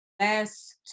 last